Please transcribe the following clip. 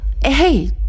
Hey